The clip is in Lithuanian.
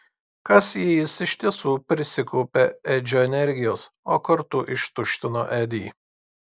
kas jei jis iš tiesų prisikaupė edžio energijos o kartu ištuštino edį